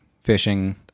Fishing